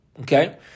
Okay